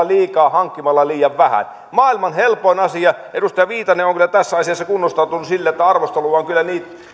liikaa hankkimalla liian vähän maailman helpoin asia edustaja viitanen on kyllä tässä asiassa kunnostautunut sillä että arvostelua on kyllä